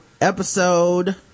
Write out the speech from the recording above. episode